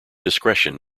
discretion